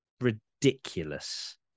ridiculous